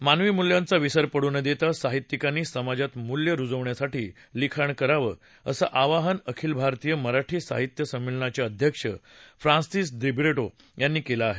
मानवी मूल्यांचा विसर पडू न देता साहित्यिकांनी समाजात मूल्यं रूजवण्यासाठी लिखाण करावं असं आवाहन अखिल भारतीय मराठी साहित्य संमेलनाचे अध्यक्ष फ्रान्सिस दिब्रिटो यांनी केलं आहे